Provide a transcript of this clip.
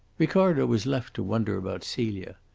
ricardo was left to wonder about celia.